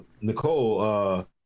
Nicole